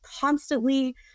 constantly